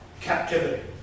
Captivity